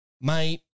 Mate